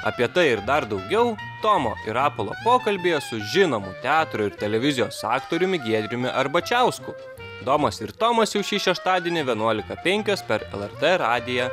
apie tai ir dar daugiau tomo ir rapolo pokalbyje su žinomu teatro ir televizijos aktoriumi giedriumi arbačiausku domas ir tomas jau šį šeštadienį vienuolika penkios per lrt radiją